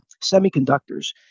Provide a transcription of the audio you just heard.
semiconductors